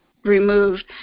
Removed